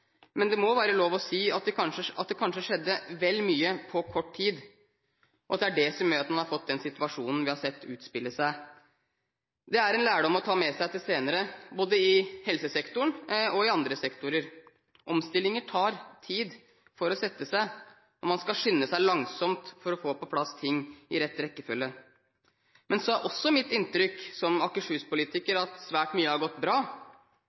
Men det må være lov å si at det kanskje skjedde vel mye på kort tid, og at det er det som gjør at man har fått den situasjonen vi har sett utspille seg. Det er en lærdom å ta med seg til senere, både i helsesektoren og i andre sektorer. Omstillinger tar tid for å sette seg. Man skal skynde seg langsomt for å få på plass ting i rett rekkefølge. Så er også mitt inntrykk som Akershus-politiker at svært mye har gått bra,